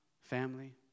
family